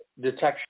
detection